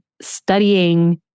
studying